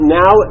now